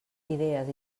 idees